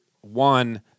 one